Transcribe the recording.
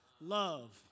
Love